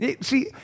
See